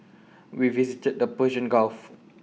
we visited the Persian gulf